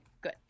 good